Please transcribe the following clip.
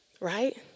Right